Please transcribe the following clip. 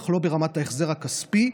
אך לא ברמת ההחזר הכספי.